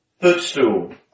footstool